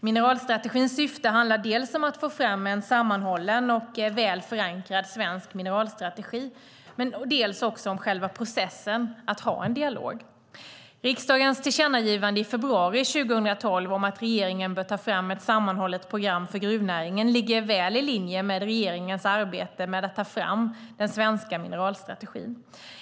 Mineralstrategins syfte handlar dels om att få fram en sammanhållen och väl förankrad svensk mineralstrategi, dels om själva processen att ha en dialog. Riksdagens tillkännagivande i februari 2012 om att regeringen bör ta fram ett sammanhållet program för gruvnäringen ligger väl i linje med regeringens arbete med att ta fram den svenska mineralstrategin.